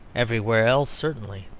everywhere else, certainly,